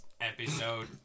Episode